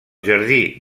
jardí